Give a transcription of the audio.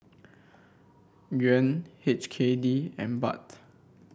Yuan H K D and Baht